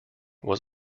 was